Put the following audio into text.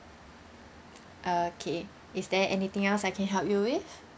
okay is there anything else I can help you with